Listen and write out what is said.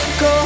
go